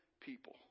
people